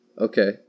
Okay